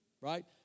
Right